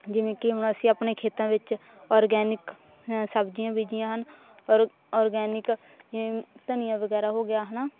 ਜਿਵੇਂ ਕਿ ਹੁਣ ਅਸੀ ਆਪਣੇ ਖੇਤਾਂ ਵਿੱਚ ਔਰਗੈਨਿਕ ਸਬਜ਼ੀਆਂ ਬੀਜ਼ੀਆਂ ਹਨ ਔਰ ਔਰਗੈਨਿਕ ਧਨੀਆ ਵਗੈਰਾ ਹੋ ਗਿਆ ਹੈ ਨਾ